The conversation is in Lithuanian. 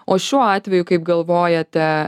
o šiuo atveju kaip galvojate